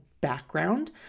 background